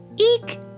Eek